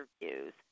interviews